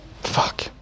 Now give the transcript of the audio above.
Fuck